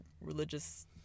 religious